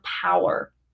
power